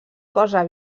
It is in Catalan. cosa